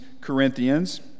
Corinthians